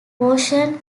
portion